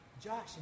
Josh